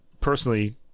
personally